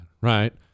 right